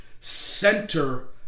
center